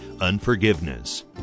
Unforgiveness